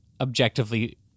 objectively